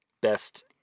best